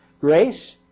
grace